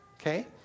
okay